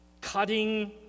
cutting